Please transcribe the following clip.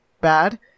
bad